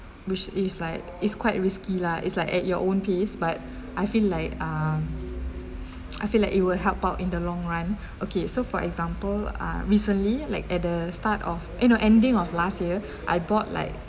which is like it's quite risky lah is like at your own pace but I feel like um I feel like it will help out in the long run okay so for example uh recently like at the start of eh no ending of last year I bought like